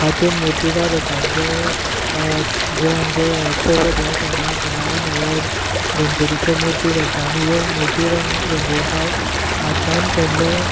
हातूंत मुर्तीकार येतात जे जे आमचे चवथ ह्या सणाक ल्हान व्हड गणपतीच्यो मुर्ती करतात आनी ह्यो मुर्ती रं रंगोवपाक हातान केल्ले